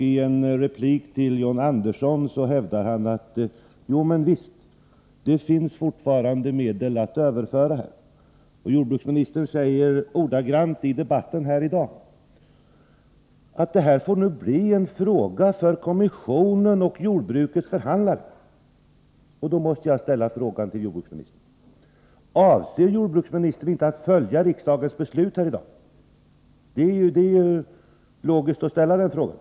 I en replik till John Andersson i dag hävdade han att det här fortfarande finns medel att överföra. I debatten i dag sade jordbruksministern ordagrant: Det här får nu bli en fråga för kommissionen och jordbrukets förhandlare. Jag måste då fråga jordbruksministern: Avser jordbruksministern inte att följa riksdagens beslut här i dag? Det är logiskt att ställa den frågan.